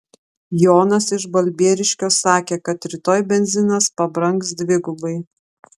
jonas iš balbieriškio sakė kad rytoj benzinas pabrangs dvigubai